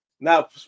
Now